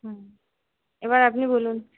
হুম এবার আপনি বলুন